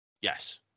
yes